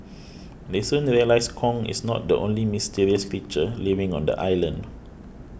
they soon realise Kong is not the only mysterious creature living on the island